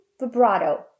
vibrato